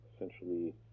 essentially